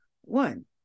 one